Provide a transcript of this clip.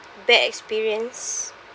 bad experience